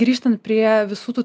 grįžtant prie visų tų